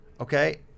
okay